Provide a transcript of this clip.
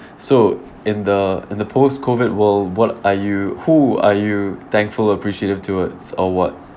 so in the in the post COVID world what are you who are you thankful appreciative towards or what